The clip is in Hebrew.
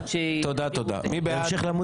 מי בעד?